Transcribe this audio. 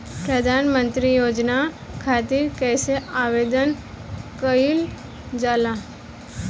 प्रधानमंत्री योजना खातिर कइसे आवेदन कइल जाला?